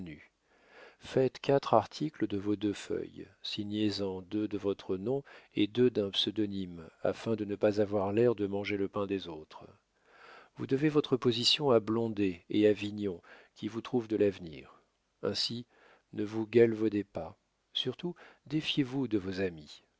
faites quatre articles de vos deux feuilles signez en deux de votre nom et deux d'un pseudonyme afin de ne pas avoir l'air de manger le pain des autres vous devez votre position à blondet et à vignon qui vous trouvent de l'avenir ainsi ne vous galvaudez pas surtout défiez-vous de vos amis